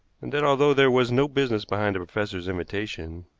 and that, although there was no business behind the professor's invitation,